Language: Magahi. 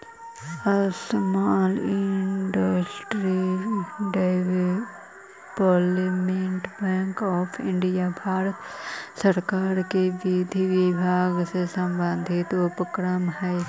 small industries development bank of India Bharat सरकार के विधि विभाग से संबंधित उपक्रम हइ